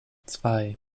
zwei